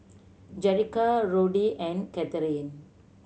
Jerrica Roddy and Kathryne